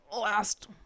last